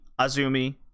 Azumi